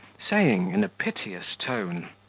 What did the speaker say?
saying, in a piteous tone,